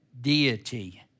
deity